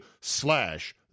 slash